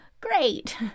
great